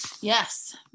Yes